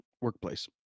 workplace